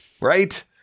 Right